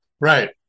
Right